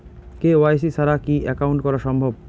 KYC ছাড়া কি account করা সম্ভব?